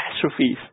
catastrophes